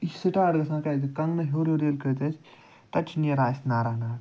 یہِ چھُ سِٹارٹ گژھان کَتہِ کنٛگنہٕ ہیٚور ہیٚور ییٚلہِ کھتۍ أسۍ تَتہِ چھُ نیٚران اسہِ ناراناگ